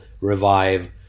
revive